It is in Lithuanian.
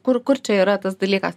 kur kur čia yra tas dalykas